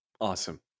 Awesome